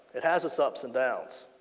it has it's ups and downs.